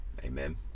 amen